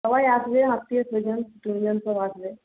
সবাই আসবে আত্মীয়স্বজন পরিজন সব আসবে